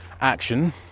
action